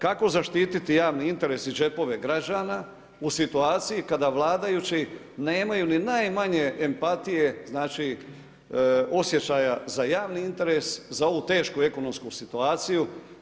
Kako zaštititi javni interes i džepove građana u situaciju kada vladajući nemaju ni najmanje empatije osjeća za javni interes za ovu tešku ekonomsku situaciju?